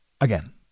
Again